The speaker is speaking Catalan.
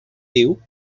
diu